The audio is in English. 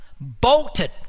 bolted